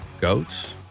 goats